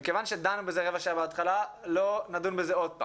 מכיוון שדנו בזה, לא נדון בזה שוב.